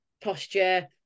posture